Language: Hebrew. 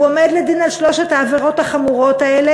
הוא עומד לדין על שלוש העבירות החמורות האלה,